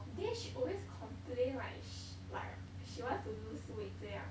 then she always complain like sh~ like she wants to lose weight 这样